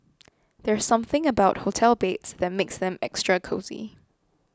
there's something about hotel beds that makes them extra cosy